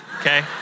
okay